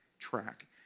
track